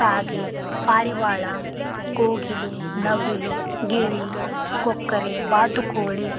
ಕಾಗೆ ಪಾರಿವಾಳ ಕೋಗಿಲೆ ನವಿಲು ಗಿಳಿ ಕೊಕ್ಕರೆ ಬಾತುಕೋಳಿ